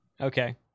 Okay